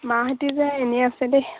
মাহঁত যে এনেই আছে দেই